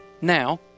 now